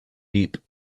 deep